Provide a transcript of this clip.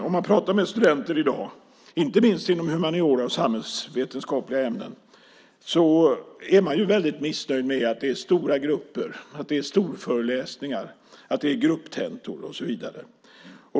Om man pratar med studenter i dag, inte minst inom humaniora och samhällsvetenskapliga ämnen, hör man att de är missnöjda med att det är stora grupper, storföreläsningar, grupptentor och så vidare.